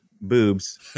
boobs